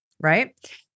right